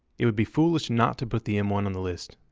it would be foolish not to put the m one on the list,